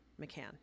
McCann